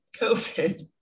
COVID